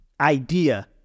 idea